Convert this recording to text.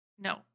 No